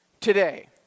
Today